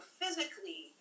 physically